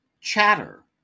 Chatter